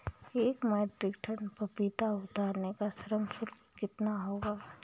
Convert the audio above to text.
एक metric ton पपीता उतारने का श्रम शुल्क कितना होगा?